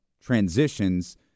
transitions